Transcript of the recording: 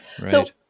right